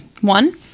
one